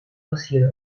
dossier